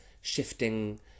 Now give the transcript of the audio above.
shifting